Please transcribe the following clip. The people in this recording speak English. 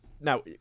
Now